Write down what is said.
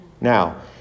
Now